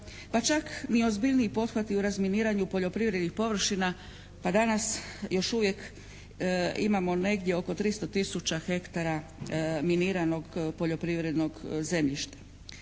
pa čak ni ozbiljniji pothvati u razminiranju poljoprivrednih površina, pa danas još uvijek imamo negdje oko 300 tisuća hektara miniranog poljoprivrednog zemljišta.